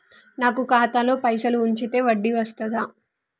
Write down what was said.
నాకు ఖాతాలో పైసలు ఉంచితే వడ్డీ వస్తదా?